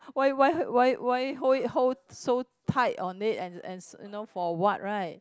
why why why why why hold it hold so tight on it and and you know for what right